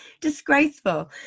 disgraceful